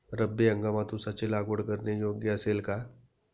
रब्बी हंगामात ऊसाची लागवड करणे योग्य असेल का?